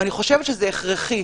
אני חושבת שזה הכרחי.